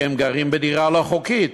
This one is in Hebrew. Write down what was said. כי הם גרים בדירה לא חוקית.